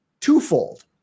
twofold